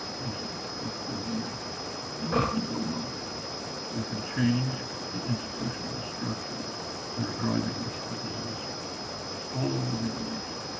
easy to think through the measures and we can go on we can change the institutional structures that are driving us to disaster it's all within reach.